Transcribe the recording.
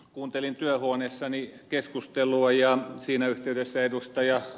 kuuntelin työhuoneessani keskustelua ja siinä yhteydessä ed